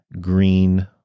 green